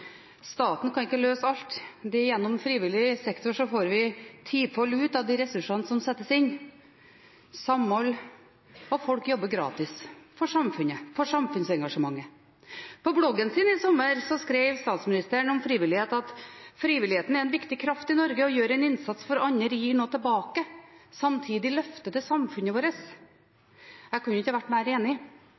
staten kan ikke løse alt. Gjennom frivillig sektor får vi tifold ut av de ressursene som settes inn – samhold, og folk jobber gratis for samfunnet, for samfunnsengasjementet. På bloggen sin i fjor sommer skrev statsministeren om frivillighet: «Frivilligheten er en viktig kraft i Norge. Å gjøre en innsats for andre gir også noe tilbake. Samtidig løfter det samfunnet vårt.» Jeg kunne ikke vært mer enig.